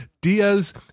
diaz